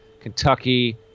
kentucky